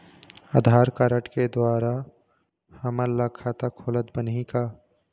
आधार card के द्वारा हमन ला खाता खोलत बनही का?